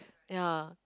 ya